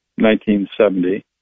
1970